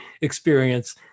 experience